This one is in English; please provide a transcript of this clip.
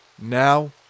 Now